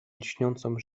lśniącą